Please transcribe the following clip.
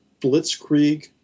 blitzkrieg